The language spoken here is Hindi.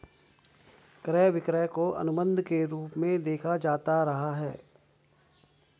क्रय विक्रय को अनुबन्ध के रूप में देखा जाता रहा है